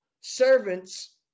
servants